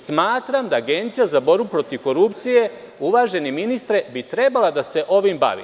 Smatram da bi Agencija za borbu protiv korupcije, uvaženi ministre, trebala da se ovim bavi.